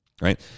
right